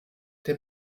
der